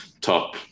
top